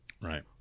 Right